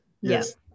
yes